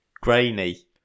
Grainy